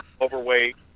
overweight